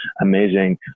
amazing